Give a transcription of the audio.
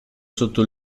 sotto